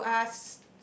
you are